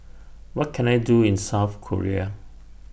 What Can I Do in South Korea